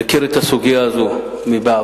אני מכיר את הסוגיה הזאת מהעבר,